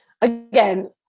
again